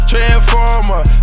Transformer